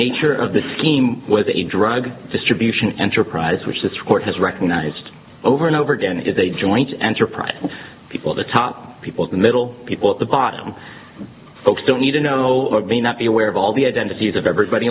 nature of the scheme was a drug distribution enterprise which this court has recognized over and over again if they joint enterprise people the top people of the middle people at the bottom folks don't need to know or may not be aware of all the identities of everybody